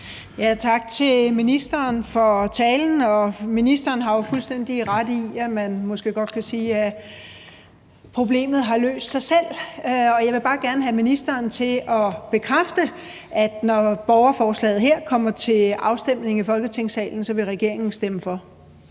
Tak til ministeren for talen. Ministeren har jo fuldstændig ret i, at man måske godt kan sige, at problemet har løst sig selv, og jeg vil bare gerne have ministeren til at bekræfte, at når borgerforslaget kommer til afstemning her i Folketingssalen, vil regeringen stemme for.